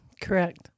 Correct